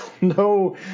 no